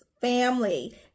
Family